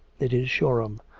it is shoreham.